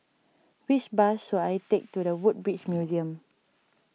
which bus should I take to the Woodbridge Museum